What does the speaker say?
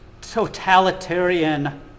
totalitarian